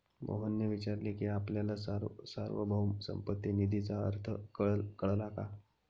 मोहनने विचारले की आपल्याला सार्वभौम संपत्ती निधीचा अर्थ कळला का?